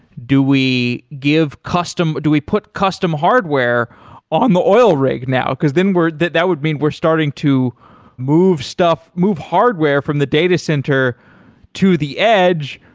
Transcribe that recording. do we give custom do we put custom hardware on the oil rig now, because then that that would mean we're starting to move stuff, move hardware from the data center to the edge,